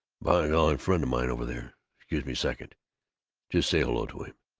by golly-friend of mine over there scuse me second just say hello to him.